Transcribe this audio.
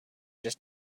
just